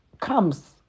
comes